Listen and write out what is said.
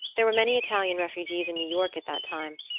there were many italian refugees in new york at that time,